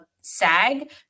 SAG